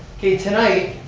okay tonight,